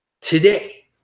Today